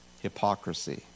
hypocrisy